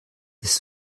ist